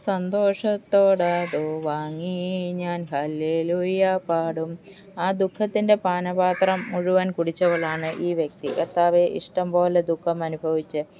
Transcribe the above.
സന്തോഷത്തോടത് വാങ്ങീ ഞാൻ hallelujah പാടും ആ ദുഃഖത്തിന്റെ പാനപാത്രം മുഴുവൻ കുടിച്ചവളാണ് ഈ വ്യക്തി കർത്താവെ ഇഷ്ടം പോലെ ദുഃഖം അനുഭവിച്ച്